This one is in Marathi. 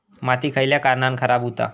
माती खयल्या कारणान खराब हुता?